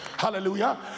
Hallelujah